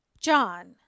john